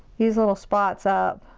these little spots up.